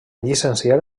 llicenciar